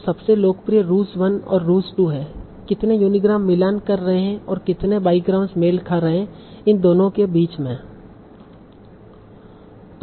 तो सबसे लोकप्रिय रूज 1 और रूज 2 हैं कितने यूनीग्राम मिलान कर रहे हैं और कितने बाईग्राम्स मेल खा रहे इन दोनों के बीच में